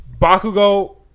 bakugo